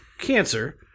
cancer